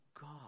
God